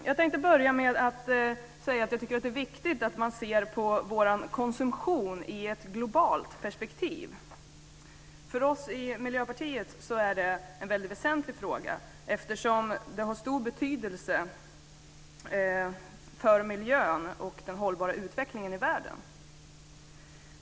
Jag tänkte börja med att säga att jag tycker att det är viktigt att se på vår konsumtion i ett globalt perspektiv. För oss i Miljöpartiet är det en väldigt väsentlig fråga, eftersom det har stor betydelse för miljön och den hållbara utvecklingen i världen.